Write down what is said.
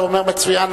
אתה אומר מצוין.